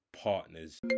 partners